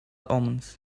omens